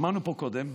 שמענו פה קודם,